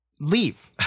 Leave